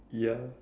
ya